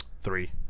Three